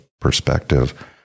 perspective